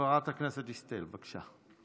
חברת הכנסת דיסטל, בבקשה.